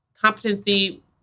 competency